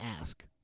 ask